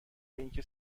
اینکه